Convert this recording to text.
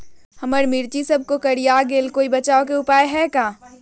हमर मिर्ची सब कोकररिया गेल कोई बचाव के उपाय है का?